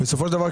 בסופו של דבר,